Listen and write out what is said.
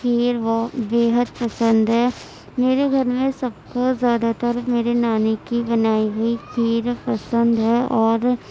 کھیر بہت بے حد پسند ہے میرے گھر میں سب کو زیادہ تر میرے نانی کی بنائی ہوئی کھیر پسند ہے اور